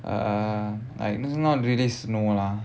uh like it's not really snow lah